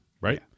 right